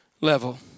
level